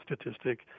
statistic